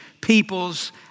people's